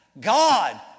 God